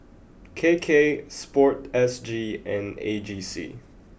K K sport S G and A G C